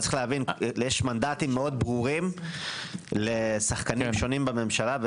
יש מנדטים מאוד ברורים לשחקנים שונים בממשלה.